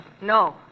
No